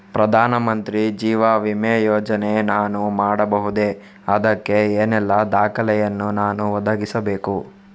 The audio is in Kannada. ಪ್ರಧಾನ ಮಂತ್ರಿ ಜೀವ ವಿಮೆ ಯೋಜನೆ ನಾನು ಮಾಡಬಹುದೇ, ಅದಕ್ಕೆ ಏನೆಲ್ಲ ದಾಖಲೆ ಯನ್ನು ನಾನು ಒದಗಿಸಬೇಕು?